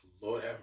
Lord